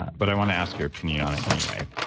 but i want to ask your opinion on it anyway.